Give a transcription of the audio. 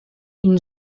une